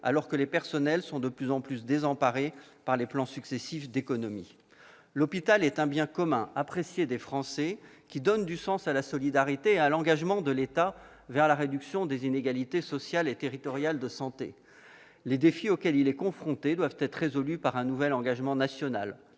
alors que le personnel est de plus en plus désemparé par les plans successifs d'économie. L'hôpital est un bien commun apprécié des Français, qui donne du sens à la solidarité et à l'engagement de l'État pour la réduction des inégalités sociales et territoriales de santé. Les défis auxquels il est confronté doivent être résolus par un nouvel engagement national.